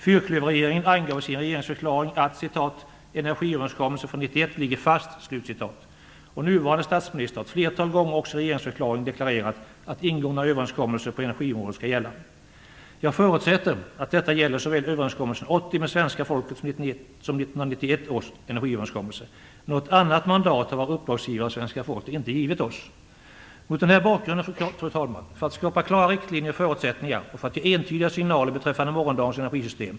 Fyrklöverregeringen angav i sin regeringsförklaring att: "Energiöverenskommelsen från 1991 ligger fast", och nuvarande statsministern har ett flertal gånger, också i regeringsförklaring, deklarerat att ingångna överenskommelser på energiområdet skall gälla. Jag förutsätter att detta gäller såväl överenskommelsen 1980 med svenska folket som 1991 års energiöverenskommelse. Något annat mandat har våra uppdragsgivare, svenska folket, inte givit oss. Fru talman! Mot den här bakgrunden måste nu kärnkraftsavvecklingen klargöras i lagstiftningen för att skapa klara riktlinjer och förutsättningar och för att ge entydiga signaler beträffande morgondagens energisystem.